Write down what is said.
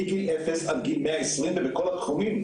מגיל אפס עד גיל 120, ובכל התחומים.